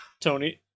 Tony